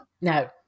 No